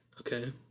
Okay